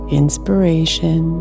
inspiration